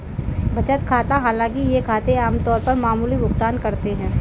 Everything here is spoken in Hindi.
बचत खाता हालांकि ये खाते आम तौर पर मामूली भुगतान करते है